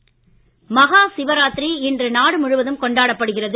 சிவராத்திரி மஹா சிவராத்திரி இன்று நாடு முழுவதும் கொண்டாடப்படுகிறது